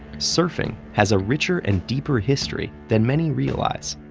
surfing has a richer and deeper history than many realize.